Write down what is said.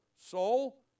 Soul